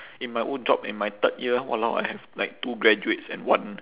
in my old job in my third year !walao! I have like two graduates and one